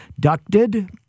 Ducted